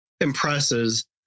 impresses